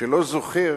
שלא זוכר